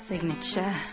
Signature